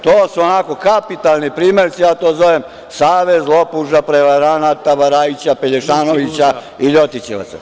To su onako kapitalni primerci, ja to zovem savez lopuža, prevaranata, varajuća, pelješanovića i LJotićevaca.